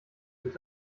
mit